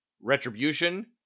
Retribution